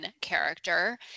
character